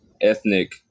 ethnic